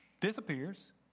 disappears